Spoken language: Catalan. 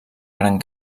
gran